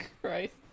Christ